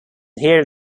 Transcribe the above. hear